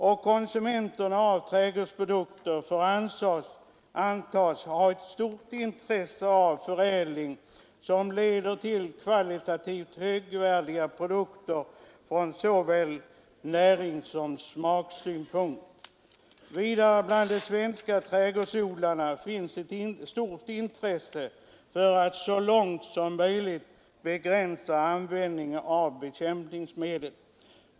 Och konsumenterna av trädgårdsprodukter får antas ha ett stort intresse av en förädling som leder till kvalitativt högvärdiga produkter från såväl näringssom smaksynpunkt. Vidare finns det bland de svenska trädgårdsodlarna ett stort intresse för att så långt som möjligt begränsa användningen av bekämpningsmedel.